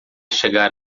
chegar